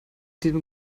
diesem